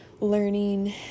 learning